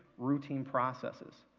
routine processes.